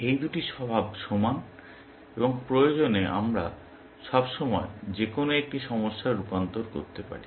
এই দুটির স্বভাব সমান এবং প্রয়োজনে আমরা সবসময় যে কোনো একটি সমস্যা রূপান্তর করতে পারি